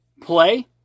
Play